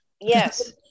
Yes